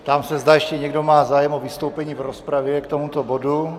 Ptám se, zda ještě někdo má zájem o vystoupení v rozpravě k tomuto bodu?